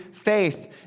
faith